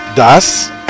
Das